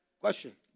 question